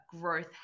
growth